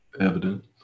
evident